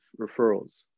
referrals